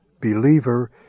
believer